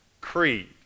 Creed